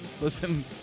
listen